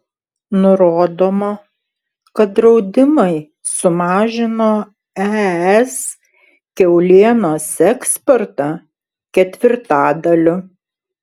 nurodoma kad draudimai sumažino es kiaulienos eksportą ketvirtadaliu